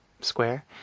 square